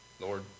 Lord